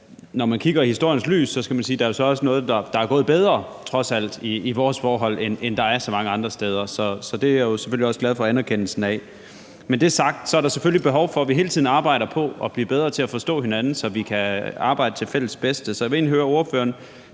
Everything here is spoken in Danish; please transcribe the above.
når man kigger på det i historiens lys, skal man sige, at der jo trods alt også er noget, der er gået bedre i vores forhold, end der er så mange andre steder. Så det er jeg selvfølgelig også glad for anerkendelsen af. Med det sagt er der selvfølgelig behov for, at vi hele tiden arbejder på at blive bedre til at forstå hinanden, så vi kan arbejde til vores fælles bedste, så jeg vil egentlig høre ordføreren